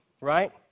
right